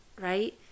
right